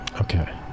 Okay